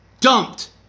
dumped